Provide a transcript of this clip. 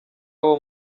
abo